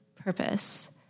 purpose